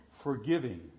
forgiving